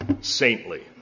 saintly